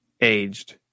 aged